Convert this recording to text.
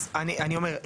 אז אני אומר.